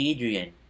Adrian